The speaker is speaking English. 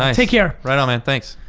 um take care. right on man, thanks.